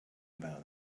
about